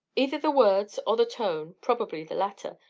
either the words or the tone, probably the latter,